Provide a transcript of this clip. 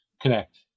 connect